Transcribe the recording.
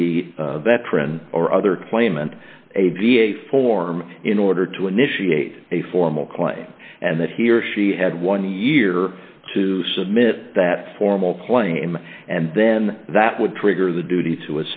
the veteran or other claimant a da form in order to initiate a formal claim and that he or she had one year to submit that formal claim and then that would trigger the duty to